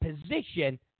position